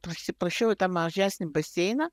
pasiprašiau į tą mažesnį baseiną